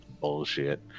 bullshit